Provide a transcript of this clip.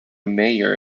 mayor